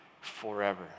forever